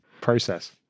process